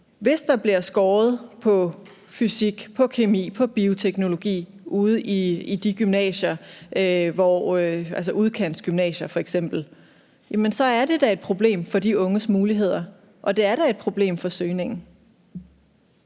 Hvis der bliver skåret på fysik, på kemi, på bioteknologi ude på f.eks. udkantsgymnasierne, er det da et problem for de unges muligheder, og det er da et problem for søgningen.